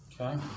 Okay